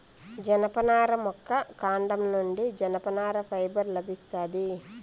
జనపనార మొక్క కాండం నుండి జనపనార ఫైబర్ లభిస్తాది